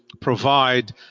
provide